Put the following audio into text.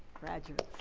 graduates.